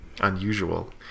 unusual